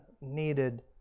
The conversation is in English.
needed